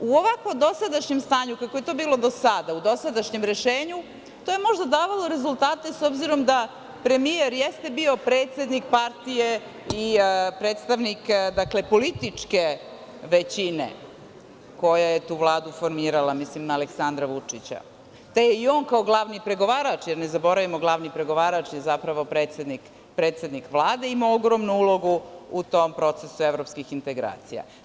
U ovako dosadašnjem stanju kako je to bilo do sada, u dosadašnjem rešenju, to je možda davalo rezultate, s obzirom da premijer jeste bio predsednik partije i predstavnik političke većine koja je tu Vladu formirala, mislim na Aleksandra Vučića, te i on kao glavni pregovarač, jer ne zaboravimo, glavni pregovarač je zapravo predsednik Vlade, ima ogromnu ulogu u tom procesu evropskih integracija.